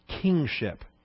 kingship